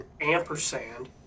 Ampersand